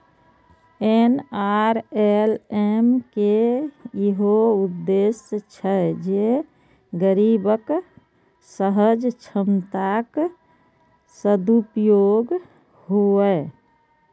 NRLM के इहो उद्देश्य छै जे गरीबक सहज क्षमताक सदुपयोग हुअय